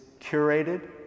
curated